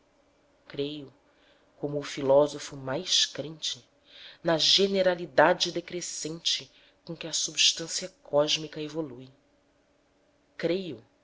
creio como o filósofo mais crente na generalidade descrente com que a substância cósmica evolui creio